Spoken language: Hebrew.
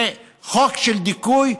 זה חוק של דיכוי,